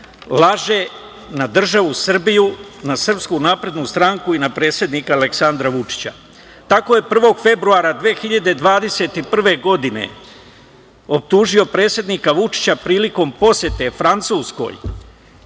laže na državu Srbiju i na SNS, na predsednika Aleksandra Vučića. Tako je 1. februara 2021. godine, optužio predsednika Vučića prilikom posete Francuskoj,